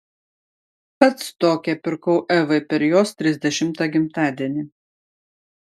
pats tokią pirkau evai per jos trisdešimtą gimtadienį